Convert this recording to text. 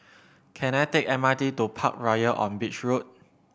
can I take M R T to Parkroyal on Beach Road